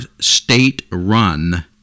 state-run